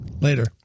Later